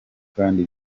kandi